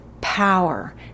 power